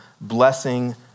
blessing